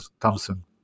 Thompson